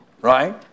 right